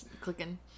Clicking